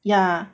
ya